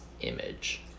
image